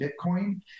Bitcoin